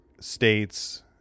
states